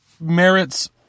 merits